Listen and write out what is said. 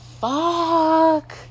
fuck